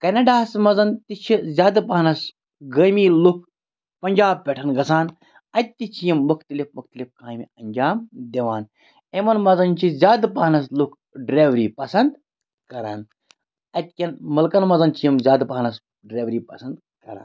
کیٚنیٚڈاہَس منٛز تہِ چھِ زیادٕ پَہنَس گٲمی لُکھ پَنجاب پیٚٹھ گَژھان اَتہِ تہِ چھِ یِم مختلف مُختلِف کامہِ اَنجام دِوان یِمَن منٛز چھِ زیادٕ پَہنَس لُکھ ڈرایوری پَسَنٛد کَران اَتہِ کیٚن مُلکَن منٛز چھِ یِم زیادٕ پَہنَس ڈرایوری پَسَنٛد کَران